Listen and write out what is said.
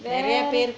where